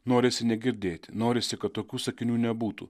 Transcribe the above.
norisi negirdėti norisi kad tokių sakinių nebūtų